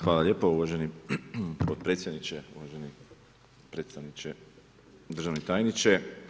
Hvala lijepo uvaženi potpredsjedniče, uvaženi predstavniče, državni tajniče.